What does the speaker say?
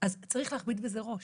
אז צריך להכביד בזה ראש.